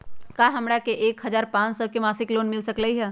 का हमरा के एक हजार पाँच सौ के मासिक लोन मिल सकलई ह?